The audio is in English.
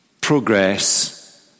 progress